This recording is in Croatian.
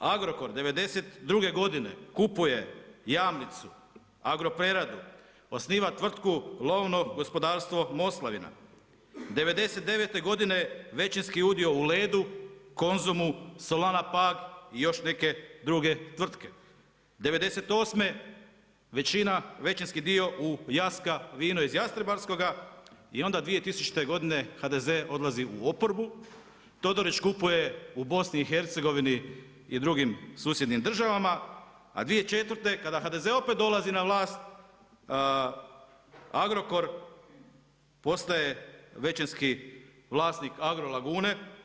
Agrokor '92. godine kupuje Jamnicu, Agropreradu, osniva tvrtku Lovno gospodarstvo Moslavina. '99. godine većinski u dio u Ledu, Konzumu, Solana Pag i još neke druge tvrtke. '98. većina, većinski dio u Jaska vino iz Jastrebarskoga i onda 2000. godine HDZ odlazi u oporbu, Todorić kupuje u Bosni i Hercegovini i drugim susjednim državama, a 2004. kada HDZ opet dolazi na vlast Agrokor postaje većinski vlasnik Agrolagune.